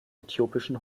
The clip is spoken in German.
äthiopischen